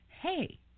hey